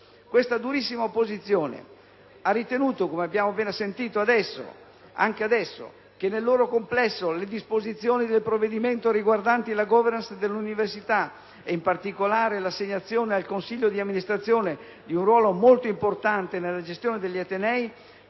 Questa durissima opposizione ha ritenuto - come abbiamo sentito anche adesso - che, nel loro complesso, le disposizioni del provvedimento riguardanti la *governance* delle università, e in particolare l'assegnazione al consiglio di amministrazione di un ruolo molto importante nella gestione degli atenei,